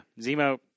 Zemo